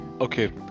Okay